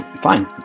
fine